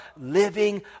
living